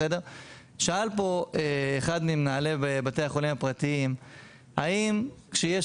שאל פה אחד ממנהלי בתי החולים הפרטיים האם כשיש